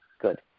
Good